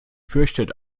fürchtet